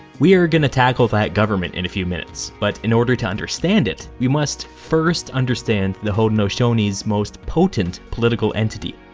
we're gonna tackle that government in a few minutes, but in order to understand it, we must first understand the haudenosaunee's most potent political entity.